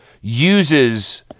uses